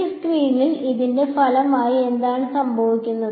ഈ സ്ക്രീനിൽ ഇതിന്റെ ഫലമായി എന്താണ് സംഭവിക്കുന്നത്